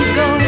go